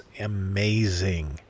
amazing